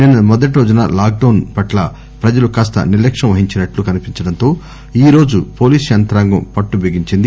నిన్న మొదటి రోజున లాక్ డౌస్ పట్ల ప్రజలు కాస్త నిర్లక్ష్యంవహించినట్టు కనిపించడంతో ఈరోజు పోలీస్ యంత్రాంగం పట్టు భిగించింది